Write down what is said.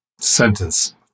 sentence